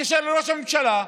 תתקשר לראש הממשלה,